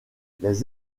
les